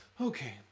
okay